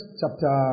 chapter